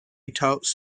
talks